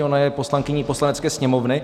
Ona je poslankyní Poslanecké sněmovny.